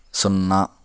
సున్నా